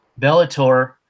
bellator